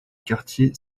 quartier